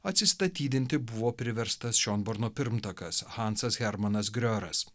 atsistatydinti buvo priverstas šionborno pirmtakas hansas hermanas grioras